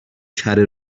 کره